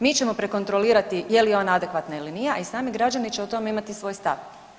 Mi ćemo prekontrolirati je li ona adekvatna ili nije, a i sami građani će o tome imati svoj stav.